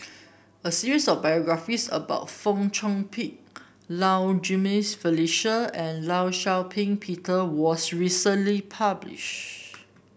a series of biographies about Fong Chong Pik Low Jimenez Felicia and Law Shau Ping Peter was recently publish